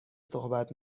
صحبت